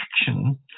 action